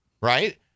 right